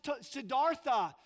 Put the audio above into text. Siddhartha